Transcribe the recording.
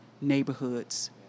neighborhoods